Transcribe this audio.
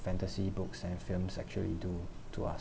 fantasy books and films actually do to us